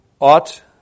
ought